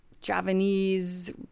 javanese